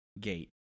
gate